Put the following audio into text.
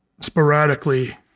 sporadically